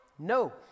No